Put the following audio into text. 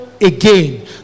again